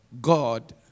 God